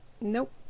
Nope